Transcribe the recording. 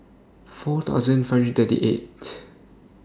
four thousand five hundred thirty eight